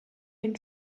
une